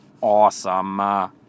awesome